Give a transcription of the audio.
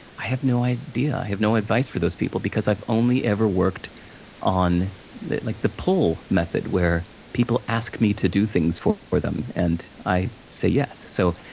i have no idea, i have no advice for those people, because i've only ever worked on like the pull method, where people ask me to do things for them, and i say yes. so,